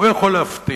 הוא יכול להפתיע.